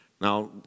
Now